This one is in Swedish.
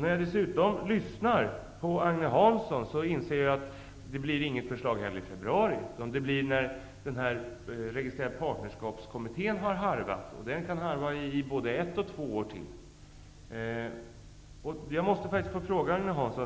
När jag dessutom lyssnar på Agne Hansson inser jag att det inte heller kommer något förslag i februari, utan det kommer när Partnerskapskommittén har harvat, och den kan harva i både ett och två år till. Jag måste fråga Agne Hansson